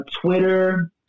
Twitter